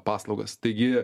paslaugas taigi